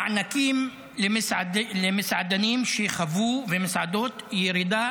מענקים למסעדנים ומסעדות שחוו ירידה